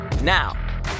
now